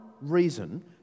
reason